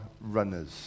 runners